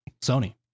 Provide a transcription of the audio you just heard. Sony